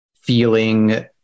feeling